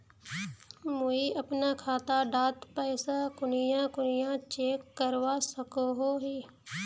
मुई अपना खाता डात पैसा कुनियाँ कुनियाँ चेक करवा सकोहो ही?